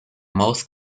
most